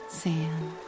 sand